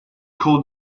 called